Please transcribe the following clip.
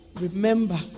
remember